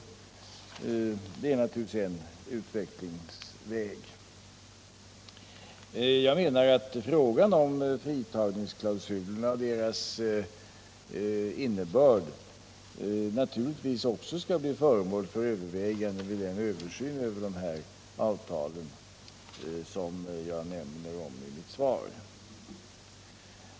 Detta är en utvecklingsväg. Jag menar emellertid att också frågan om fritagningsklausulerna och deras innebörd skall bli föremål för övervägande vid den översyn av avtalen som jag nämnt i mitt svar.